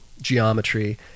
geometry